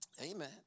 amen